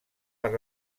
per